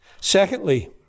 Secondly